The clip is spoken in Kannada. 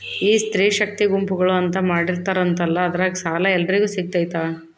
ಈ ಸ್ತ್ರೇ ಶಕ್ತಿ ಗುಂಪುಗಳು ಅಂತ ಮಾಡಿರ್ತಾರಂತಲ ಅದ್ರಾಗ ಸಾಲ ಎಲ್ಲರಿಗೂ ಸಿಗತೈತಾ?